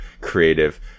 creative